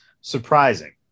surprising